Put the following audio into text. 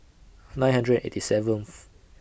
nine hundred eighty seventh